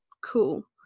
cool